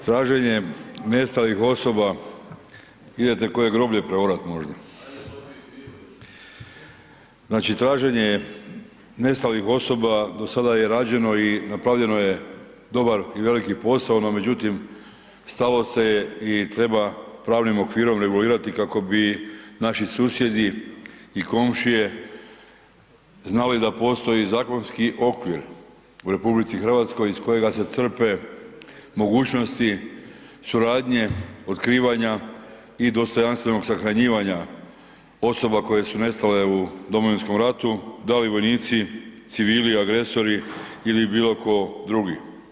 Traženje nestalih osoba, idete koje groblje preorat možda, znači traženje nestalih osoba do sada je rađeno i napravljeno je dobar i veliki posao no međutim stalo se je i treba pravnim okvirom regulirati kako bi naši susjedi i komšije znali da postoji zakonski okvir u RH iz kojega se crpe mogućnosti suradnje, otkrivanja i dostojanstvenog sahranjivanja osoba koje su nestale u Domovinskom ratu, da li vojnici, civili, agresori ili bilo tko drugi.